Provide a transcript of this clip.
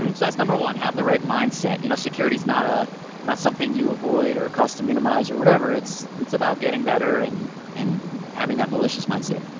um so that's number one, have the right mindset. you know security is not ah not something you avoid or cost to minimize or whatever. it's about getting better and and having that malicious mindset.